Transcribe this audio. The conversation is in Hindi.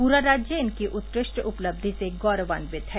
पूरा राज्य इनकी उत्कृष्ट उपलब्धि से गौरवान्वित है